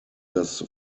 das